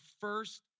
first